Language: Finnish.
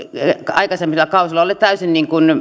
aikaisemmilla kausilla ole täysin